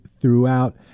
throughout